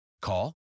call